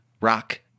rock